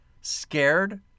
scared